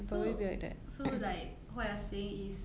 so so like what you're saying is